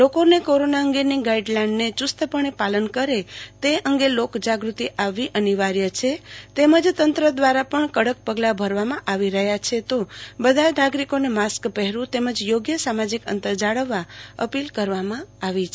લોકોને કોરોના અંગેની ગાઈડ લાઈનને ચુસ્તપણે પાલન કરે તે અંગે લોક જાગૃતિ આવવી અનિવાર્ય છે તેમજ તંત્ર દ્વારા પણ કડક પગલા ભરવામાં આવી રહ્યા છે તો બધા નાગરિકોને માસ્ક પહેરવું તેમજ યોગ્ય સામાજિક અંતર જાળવવા અપીલ કરવામાં આવી છે